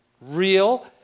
Real